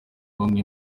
bamwe